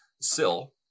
sill